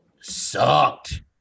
sucked